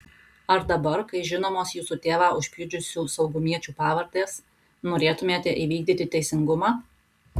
ar dabar kai žinomos jūsų tėvą užpjudžiusių saugumiečių pavardės norėtumėte įvykdyti teisingumą